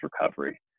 recovery